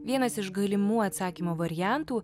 vienas iš galimų atsakymo variantų